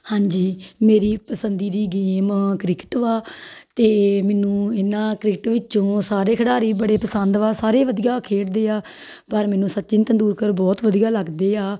ਹਾਂਜੀ ਮੇਰੀ ਪਸੰਦੀ ਦੀ ਗੇਮ ਕ੍ਰਿਕਟ ਵਾ ਅਤੇ ਮੈਨੂੰ ਇਨ੍ਹਾਂ ਕ੍ਰਿਕਟ ਵਿੱਚੋਂ ਸਾਰੇ ਖਿਡਾਰੀ ਬੜੇ ਪਸੰਦ ਵਾ ਸਾਰੇ ਵਧੀਆ ਖੇਡਦੇ ਆ ਪਰ ਮੈਨੂੰ ਸਚਿਨ ਤੇਂਦੂਲਕਰ ਬਹੁਤ ਵਧੀਆ ਲੱਗਦੇ ਆ